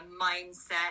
mindset